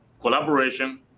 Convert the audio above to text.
collaboration